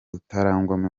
utarangwamo